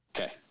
Okay